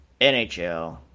NHL